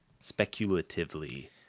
speculatively